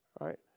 right